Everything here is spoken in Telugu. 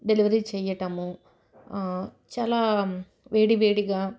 డెలివరీ చేయటము చాలా వేడివేడిగా